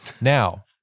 Now